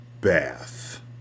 bath